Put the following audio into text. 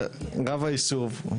רב היישוב,